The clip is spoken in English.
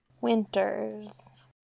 Winters